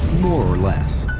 more or less.